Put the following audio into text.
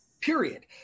period